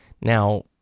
Now